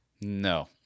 no